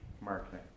marketing